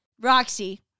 Roxy